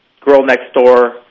girl-next-door